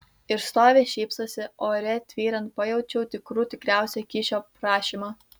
ir stovi šypsosi o ore tvyrant pajaučiau tikrų tikriausią kyšio prašymą